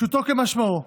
פשוטו כמשמעו.